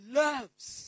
loves